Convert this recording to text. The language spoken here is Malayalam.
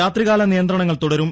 രാത്രികാല നിയന്ത്രണങ്ങൾ തുടരും